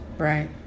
Right